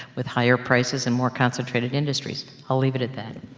with higher prices and more concentrated industries. i'll leave it at that.